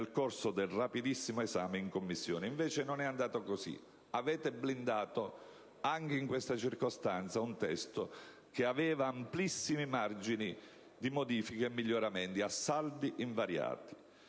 corso del rapidissimo esame del provvedimento in Commissione. Invece non è andata così. Avete blindato, anche in questo circostanza, un testo che aveva amplissimi margini di modifiche e miglioramenti, a saldi invariati.